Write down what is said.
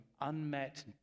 unmet